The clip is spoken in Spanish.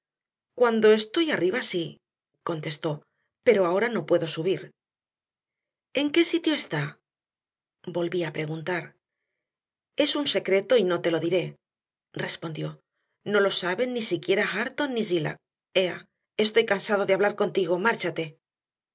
cuando estoy arriba sí contestó pero ahora no puedo subir en qué sitio está volví a preguntar es un secreto y no te lo diré respondió no lo saben ni siquiera hareton ni zillah ea estoy cansado de hablar contigo márchate